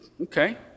okay